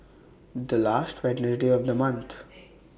The last Wednesday of The month